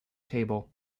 table